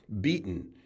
beaten